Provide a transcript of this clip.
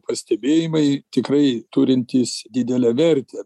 pastebėjimai tikrai turintys didelę vertę